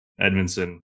Edmondson